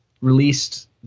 released